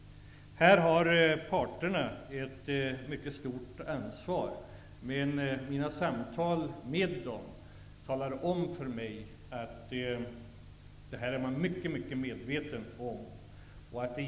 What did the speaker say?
Här har parterna ett mycket stort ansvar. Vid mina samtal med dem har det framkommit att de är mycket medvetna om det här.